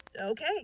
okay